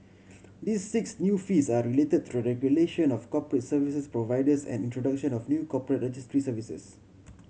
this six new fees are related to the regulation of corporate services providers and introduction of new corporate registry services